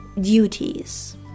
duties